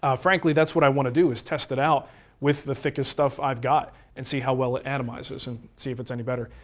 ah frankly, that's what i want to do, is test it out with the thickest stuff i've got and see how well it atomizes, and see if it's any better.